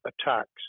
attacks